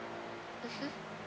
mmhmm